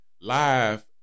live